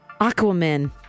Aquaman